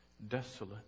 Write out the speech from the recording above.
desolate